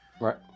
right